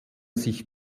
sich